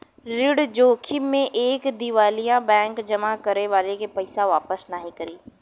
ऋण जोखिम में एक दिवालिया बैंक जमा करे वाले के पइसा वापस नाहीं करी